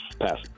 Pass